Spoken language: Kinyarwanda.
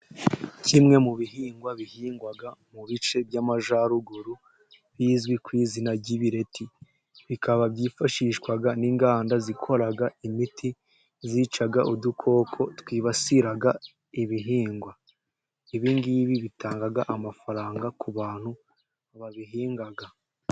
Kimwe mu bihingwa bihingwa mu bice by'amajyaruguru, bizwi ku izina ry'ibireti. Bikaba byifashishwa n'inganda zikora imiti yica udukoko twibasira ibihingwa. Ibingibi bitanga amafaranga ku bantu babihingaga.